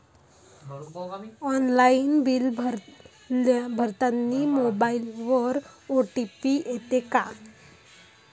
Online bill भरतानी मोबाईलवर OTP येते का?